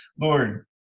Lord